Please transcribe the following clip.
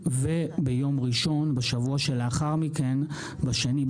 לתקנון הכנסת את